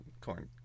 corn